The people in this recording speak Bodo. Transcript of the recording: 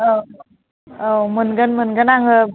औ औ मोनगोन मोनगोन आङो